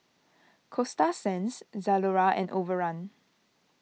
Coasta Sands Zalora and Overrun